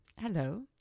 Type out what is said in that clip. Hello